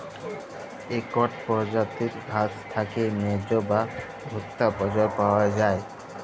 ইকট পরজাতির ঘাঁস থ্যাইকে মেজ বা ভুট্টা ফসল পাউয়া যায়